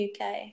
UK